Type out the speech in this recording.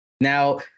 Now